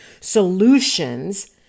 solutions